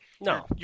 No